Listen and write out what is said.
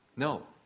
No